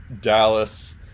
Dallas